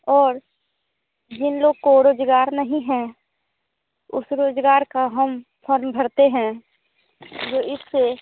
और जिन लोग को रोज़गार नहीं हैं उस रोज़गार का हम फ़ॉर्म भरते हैं जो इससे